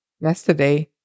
Yesterday